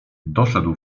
doszedł